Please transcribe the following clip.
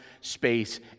space